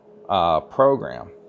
Program